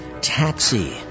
taxi